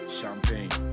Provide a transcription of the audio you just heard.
champagne